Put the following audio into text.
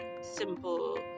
simple